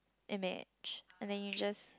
image and then you just